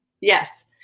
Yes